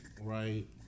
right